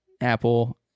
Apple